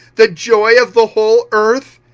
the joy of the whole earth?